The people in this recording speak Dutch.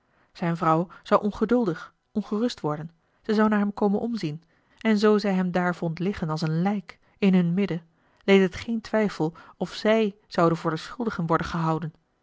zijne vrouw zou ongeduldig ongerust worden zij zou naar hem komen omzien en zoo zij hem daar vond liggen als een lijk in hun midden leed het geen twijfel of zij zouden voor de schuldigen worden gehouden